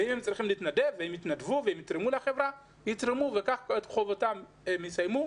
אם הם צריכים להתנדב הם יתנדבו ויתרמו לחברה ואת חובתם הם יסיימו.